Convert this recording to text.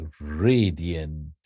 radiant